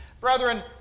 Brethren